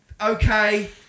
okay